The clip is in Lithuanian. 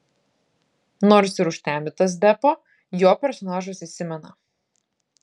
nors ir užtemdytas deppo jo personažas įsimena